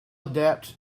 adapt